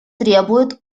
требует